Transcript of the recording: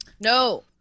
No